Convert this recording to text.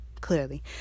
clearly